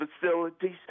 facilities